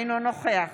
אינו נוכח